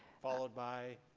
followed by,